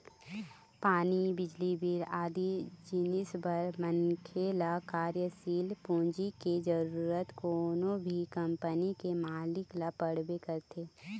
पानी, बिजली बिल आदि जिनिस बर मनखे ल कार्यसील पूंजी के जरुरत कोनो भी कंपनी के मालिक ल पड़बे करथे